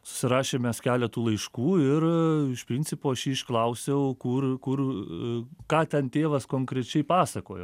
susirašėm mes keletu laiškų ir iš principo aš jį išklausiau kur kur ką ten tėvas konkrečiai pasakojo